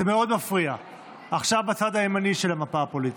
זה מאוד מפריע עכשיו בצד הימני של המפה הפוליטית.